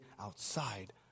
outside